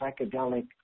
psychedelic